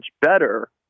better